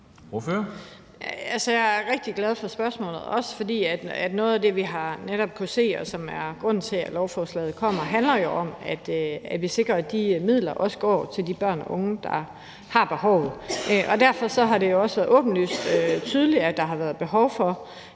Jeg er rigtig glad for spørgsmålet, også fordi noget af det, vi netop har kunnet se, og som er grunden til, at lovforslaget kommer, handler om, at vi sikrer, at de midler også går til de børn og unge, der har behovet. Derfor har det jo også været åbenlyst tydeligt, at der har været behov for,